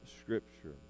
scripture